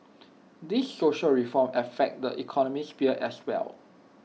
these social reform affect the economic sphere as well